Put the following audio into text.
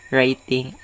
Writing